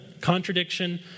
contradiction